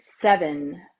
seven